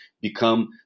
become